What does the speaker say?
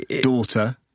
daughter